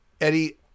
Eddie